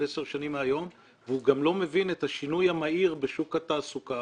עשר שנים מהיום והוא גם לא מבין את השינוי המהיר בשוק התעסוקה